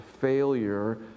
failure